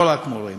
לא רק מורים.